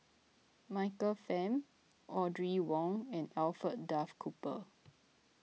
Michael Fam Audrey Wong and Alfred Duff Cooper